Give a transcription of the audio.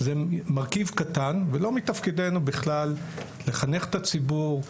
זה מרכיב קטן ולא מתפקידנו בכלל לחנך את הציבור,